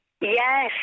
Yes